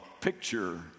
picture